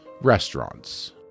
restaurants